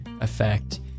effect